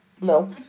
No